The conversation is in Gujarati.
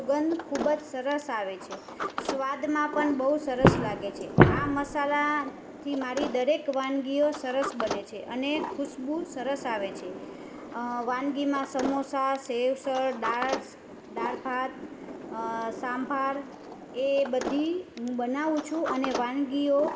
સુગંધ ખૂબ જ સરસ આવે છે સ્વાદમાં પણ બહુ સરસ લાગે છે આ મસાલાથી મારી દરેક વાનગીઓ સરસ બને છે અને ખુશબુ સરસ આવે છે વાનગીમાં સમોસા સેવ સર દાળસ દાળ ભાત સાંભાર એ બધી હું બનાવું છું અને વાનગીઓ